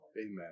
Amen